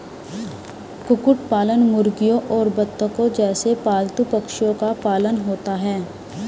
कुक्कुट पालन मुर्गियों और बत्तखों जैसे पालतू पक्षियों का पालन होता है